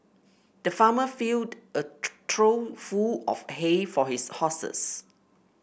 the farmer filled a trough full of hay for his horses